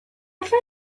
alla